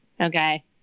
Okay